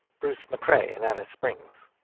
bruce mccrea in alice springs.